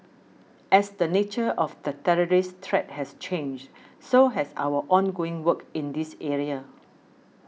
as the nature of the terrorist threat has changed so has our ongoing work in this area